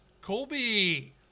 Colby